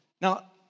Now